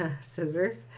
Scissors